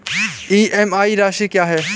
EMI राशि क्या है?